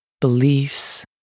beliefs